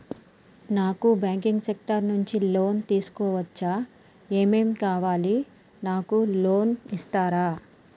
నాకు banking sector నుంచి loan తీసుకోవచ్చా? ఏమేం కావాలి? నాకు లోన్ ఇస్తారా?